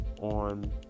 on